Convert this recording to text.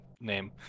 name